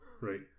Right